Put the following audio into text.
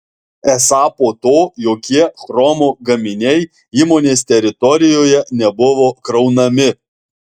esą po to jokie chromo gaminiai įmonės teritorijoje nebuvo kraunami